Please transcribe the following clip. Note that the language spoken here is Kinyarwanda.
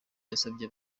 yasabye